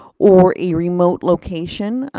or a remote location,